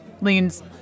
leans